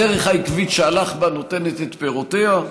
הדרך העקבית שהלך בה נותנת את פירותיה.